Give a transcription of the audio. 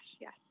yes